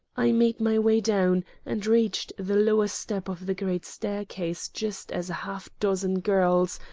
i made my way down and reached the lower step of the great staircase just as a half-dozen girls,